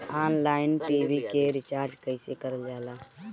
Online TV के recharge कईसे करल जाला?